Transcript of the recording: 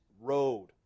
road